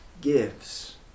gives